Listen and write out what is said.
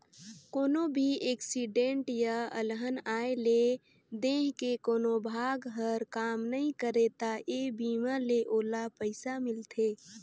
कोनो भी एक्सीडेंट य अलहन आये ले देंह के कोनो भाग हर काम नइ करे त ए बीमा ले ओला पइसा मिलथे